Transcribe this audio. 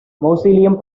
mausoleum